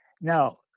Now